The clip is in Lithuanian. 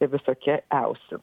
ir visokie iausi